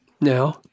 now